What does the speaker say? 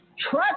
Trust